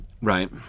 right